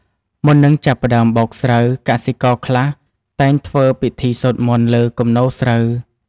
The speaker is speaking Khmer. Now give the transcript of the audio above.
មុននឹងចាប់ផ្តើមបោកស្រូវ កសិករខ្លះតែងធ្វើពិធីសូត្រមន្តលើគំនរស្រូវ។